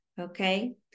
okay